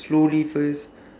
slowly first